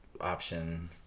option